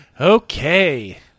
Okay